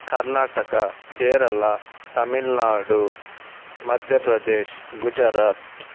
Karnataka Kerala Tamil Nadu Madhya Pradesh Gujarat